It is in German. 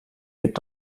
mit